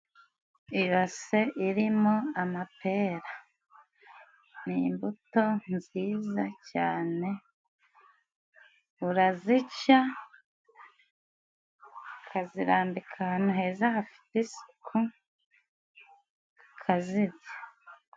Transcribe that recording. Ibase irimo amapera. Ni imbuto nziza cyane. Urazica, ukazirambika ahantu heza hafite isuku, ukazirya.